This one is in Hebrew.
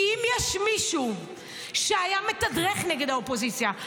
כי אם יש מישהו שהיה מתדרך נגד האופוזיציה,